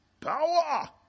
Power